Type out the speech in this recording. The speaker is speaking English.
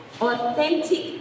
authentic